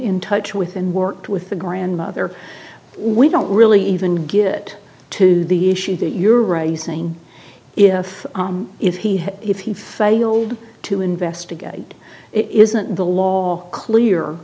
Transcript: in touch with and worked with the grandmother we don't really even get to the issue that you're right using if if he if he failed to investigate it isn't the law clear